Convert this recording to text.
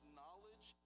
knowledge